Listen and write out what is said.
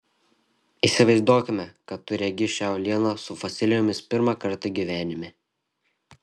įsivaizduokime kad tu regi šią uolieną su fosilijomis pirmą kartą gyvenime